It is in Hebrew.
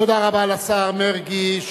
תודה רבה לשר מרגי.